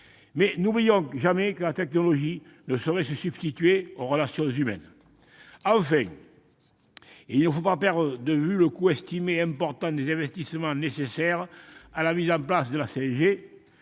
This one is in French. ans. N'oublions jamais que la technologie ne saurait se substituer aux relations humaines. Enfin, il ne faut pas perdre de vue le coût estimé important des investissements nécessaires à la mise en place de la 5G.